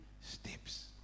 steps